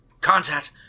Contact